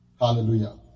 Hallelujah